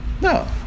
No